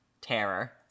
terror